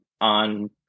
on